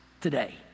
today